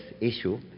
issue